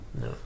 No